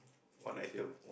one item